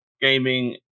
gaming